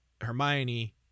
Hermione